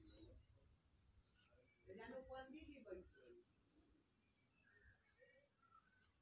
ऋण समझौता दुनू पक्ष द्वारा एक दोसरा सं कैल गेल वादा कें नियंत्रित करै छै